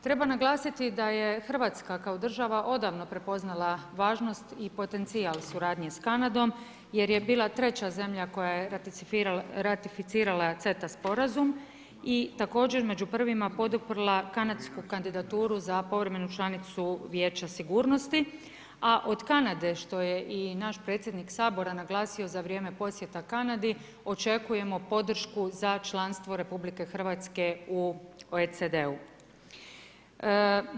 Treba naglasiti da je Hrvatska kao država odavno prepoznala važnost i potencijal suradnje s Kanadom jer je bila treća zemlja koja je ratificirala CETA sporazum i također među prvima poduprla kanadsku kandidaturu za povremenu članicu Vijeća sigurnosti, a od Kanade što je i naš predsjednik Sabora naglasio za vrijeme posjeta Kanadi, očekujemo podršku za članstvo RH u OEDC-u.